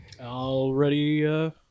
Already